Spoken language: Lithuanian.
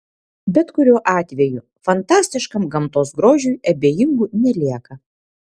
bet kuriuo atveju fantastiškam gamtos grožiui abejingų nelieka